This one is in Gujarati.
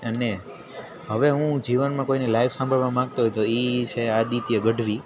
અને હવે હું જીવનમાં કોઈને લાઈવ સાંભળવા માંગતો હોય તો એ છે આદિત્ય ગઢવી